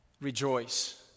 rejoice